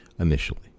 Initially